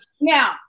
Now